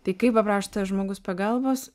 tai kai paprašo tavęs žmogus pagalbos